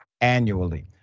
annually